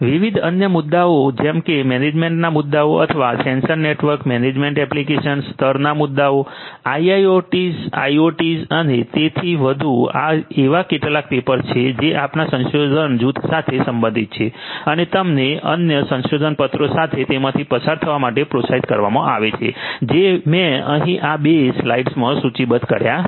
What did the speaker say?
વિવિધ અન્ય મુદ્દાઓ જેમ કે મેનેજમેન્ટના મુદ્દાઓ અથવા સેન્સર નેટવર્ક મેનેજમેન્ટ એપ્લિકેશન સ્તરના મુદ્દાઓ IIoT IoT અને તેથી વધુ આ એવા કેટલાક પેપર્સ છે જે આપણા સંશોધન જૂથ સાથે સંબંધિત છે અને તમને અન્ય સંશોધન પત્રો સાથે તેમાંથી પસાર થવા માટે પ્રોત્સાહિત કરવામાં આવે છે જે મેં અહીં આ બે સ્લાઇડ્સમાં સૂચિબદ્ધ કર્યા છે